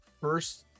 First